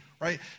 right